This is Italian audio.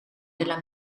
della